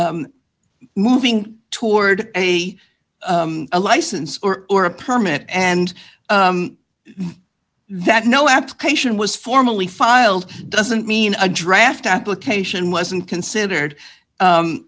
of moving toward a license or or a permit and that no application was formally filed doesn't mean a draft application wasn't considered